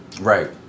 Right